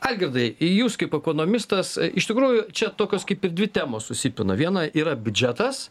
algirdai jūs kaip ekonomistas iš tikrųjų čia tokios kaip ir dvi temos susipina viena yra biudžetas